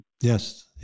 Yes